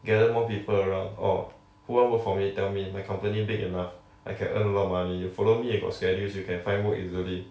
gather more people around or who want work for me tell me my company big enough I can earn a lot of money you follow me you got schedules you can find work easily